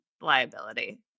liability